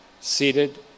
seated